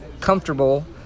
comfortable